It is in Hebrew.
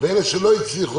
ואלה שלא הצליחו,